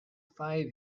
five